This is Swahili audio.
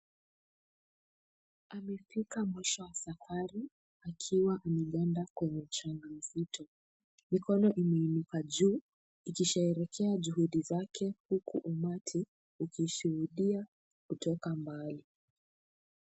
Amefika mwisho wa safari akiwa amepanda kwenye treli nzito. Mikono imeinuka juu ikisherekea juhudi zake huku umati ukishuhudia kutoka mbali.